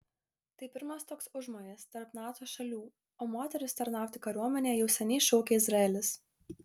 tai pirmas toks užmojis tarp nato šalių o moteris tarnauti kariuomenėje jau seniai šaukia izraelis